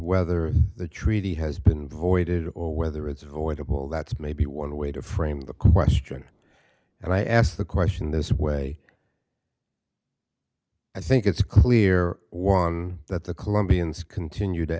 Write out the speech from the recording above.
whether the treaty has been voided or whether it's avoidable that's maybe one way to frame the question and i ask the question this way i think it's clear that the colombians continue to